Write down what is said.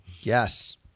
Yes